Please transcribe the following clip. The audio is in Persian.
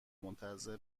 منتظر